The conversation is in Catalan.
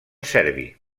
serbi